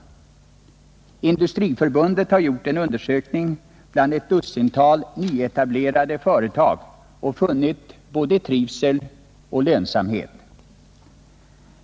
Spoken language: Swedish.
Sveriges Industriförbund har gjort en undersökning bland ett dussintal nyetablerade företag och funnit både trivsel och lönsamhet.